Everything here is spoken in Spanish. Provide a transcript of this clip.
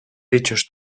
dichos